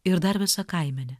ir dar visa kaimenė